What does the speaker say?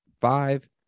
five